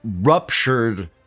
ruptured